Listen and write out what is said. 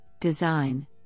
design